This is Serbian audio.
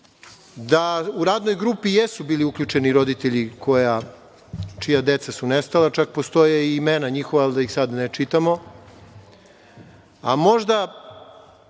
da u radnoj grupi jesu bili uključeni roditelji čija deca su nestala, čak postoje imena njihova, ali da ih sada ne čitamo,